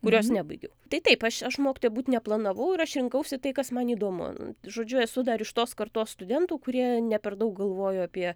kurios nebaigiau tai taip aš aš mokytoja būt neplanavau ir aš rinkausi tai kas man įdomu žodžiu esu dar iš tos kartos studentų kurie ne per daug galvojo apie